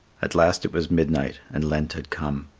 at last it was midnight, and lent had come.